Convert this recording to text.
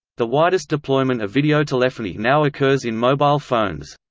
the widest deployment of video telephony now occurs in mobile phones.